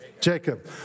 Jacob